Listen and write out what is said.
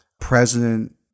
president